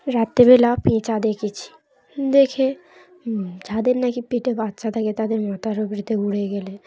রাত্রেবেলা পেঁচা দেখেছি দেখে যাদের নাকি পেটে বাচ্চা থাকে তাদের মাথার উপর দিয়ে উড়ে গেলে